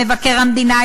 מבקר המדינה,